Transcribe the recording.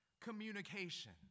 communication